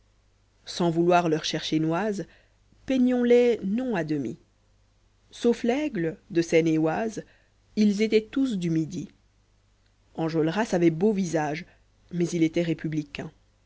sans vouloir leur chercher noise peignons les non à demi s de seine-et-oise us étaient tous du midi enjolras avait beau visage mais il était républicain